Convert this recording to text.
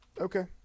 Okay